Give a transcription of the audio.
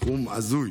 סכום הזוי,